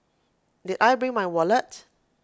did I bring my wallet